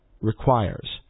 requires